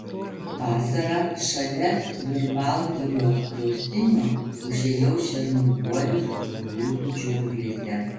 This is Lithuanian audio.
vasarą šalia virbalgirio draustinio užėjau šernų guolius kukurūzų džiunglėse